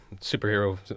superhero